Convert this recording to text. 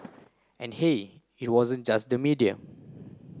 and hey it wasn't just the media